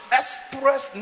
express